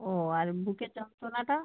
ও আর বুকের যন্ত্রণাটা